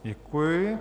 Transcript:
Děkuji.